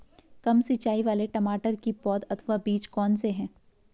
कम सिंचाई वाले टमाटर की पौध अथवा बीज कौन से हैं?